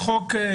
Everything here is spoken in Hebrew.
כבר